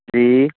ਜੀ